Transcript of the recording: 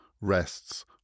rests